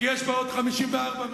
כי יש בה עוד 54 מדינות,